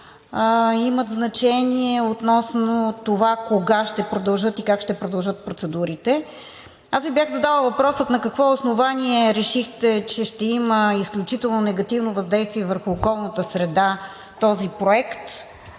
имат значение относно това кога ще продължат и как ще продължат процедурите. Аз Ви бях задала въпроса: на какво основание решихте, че ще има изключително негативно въздействие върху околната среда този проект?